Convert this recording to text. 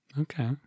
Okay